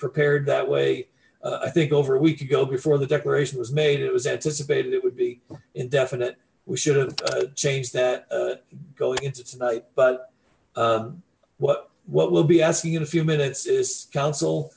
prepared that way i think over a week ago before the declaration was made it was anticipated it would be indefinite we should have changed that going into tonight but what what we'll be asking in a few minutes is counsel